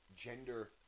gender